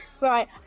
right